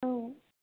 औ